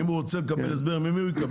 אם הוא רוצה לקבל הסבר ממי הוא יקבל?